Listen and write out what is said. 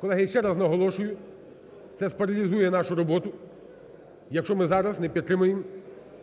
Колеги, я ще раз наголошую: це спаралізує нашу роботу, якщо ми зараз не підтримаємо